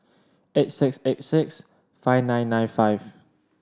eight six eight six five nine nine five